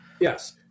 Yes